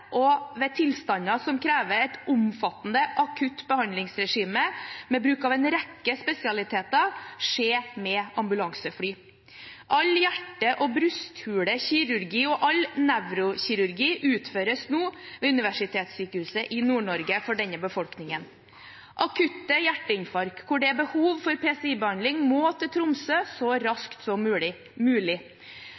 og ved tilstander som krever et omfattende akutt behandlingsregime med bruk av en rekke spesialiteter, skje med ambulansefly. All hjerte- og brysthulekirurgi og all nevrokirurgi for denne befolkningen utføres nå ved Universitetssykehuset Nord-Norge. Ved akutt hjerteinfarkt hvor det er behov for PCI-behandling, må man til Tromsø så